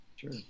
Sure